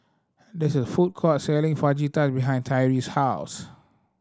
this is a food court selling Fajitas behind Tyreese's house